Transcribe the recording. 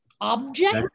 object